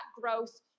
growth